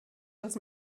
das